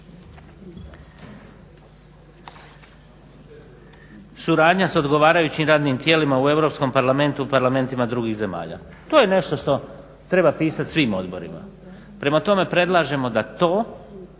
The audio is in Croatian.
Suradnja sa odgovarajućim radnim tijelima u Europskom parlamentu i parlamentima drugih zemalja. To je nešto što treba pisat svim odborima. Prema tome, predlažemo da to